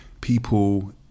people